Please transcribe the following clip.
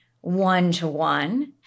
one-to-one